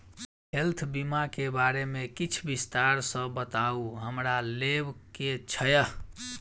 Health बीमा केँ बारे किछ विस्तार सऽ बताउ हमरा लेबऽ केँ छयः?